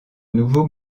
nouveaux